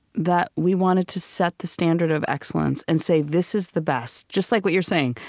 that we wanted to set the standard of excellence, and say this is the best. just like what you're saying,